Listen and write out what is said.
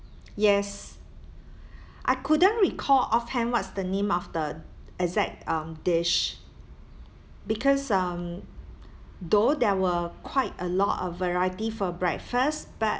yes I couldn't recall off hand what's the name of the exact um dish because um though there were quite a lot of variety for breakfast but